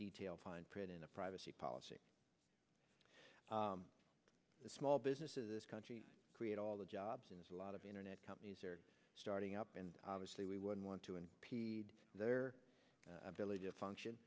detail fine print in the privacy policy the small businesses countries create all the jobs and a lot of internet companies are starting up and obviously we would want to and their ability to function